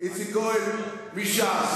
איציק כהן מש"ס,